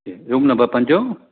room number पंजो